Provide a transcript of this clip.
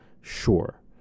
sure